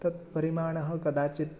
तत् परिमाणः कदाचित्